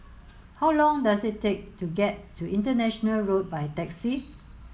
how long does it take to get to International Road by taxi